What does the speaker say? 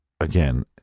again